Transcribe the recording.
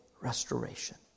restoration